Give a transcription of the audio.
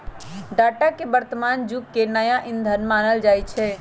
data के वर्तमान जुग के नया ईंधन मानल जाई छै